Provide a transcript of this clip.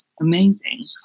Amazing